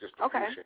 Okay